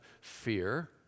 fear